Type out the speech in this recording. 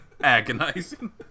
agonizing